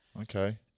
Okay